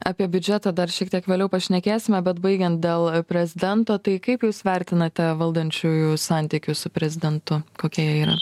apie biudžetą dar šiek tiek vėliau pašnekėsime bet baigiant dėl prezidento tai kaip jūs vertinate valdančiųjų santykius su prezidentu kokie jie yra